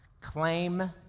Claim